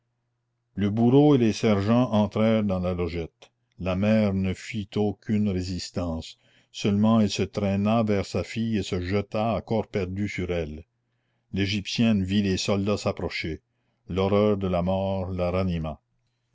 le bourreau et les sergents entrèrent dans la logette la mère ne fit aucune résistance seulement elle se traîna vers sa fille et se jeta à corps perdu sur elle l'égyptienne vit les soldats s'approcher l'horreur de la mort la ranima